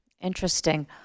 Interesting